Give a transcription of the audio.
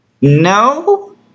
No